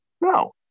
No